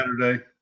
Saturday